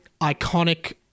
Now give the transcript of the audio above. iconic